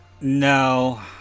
No